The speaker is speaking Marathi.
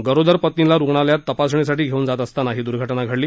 गरोदर पत्नीला रुग्णालयात तपासणीसाठी घेवून जात असताना ही दुर्घटना घडली